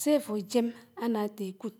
sé áfó jém ánáté Ábák ádé itie ádéhé sé àfó jém ánáte ákùd.